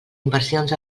inversions